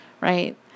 right